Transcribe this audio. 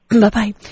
Bye-bye